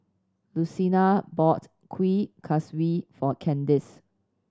Lucina bought Kuih Kaswi for Kandice